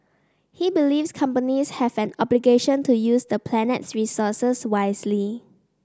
he believes companies have an obligation to use the planet's resources wisely